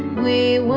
we